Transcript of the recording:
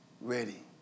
ready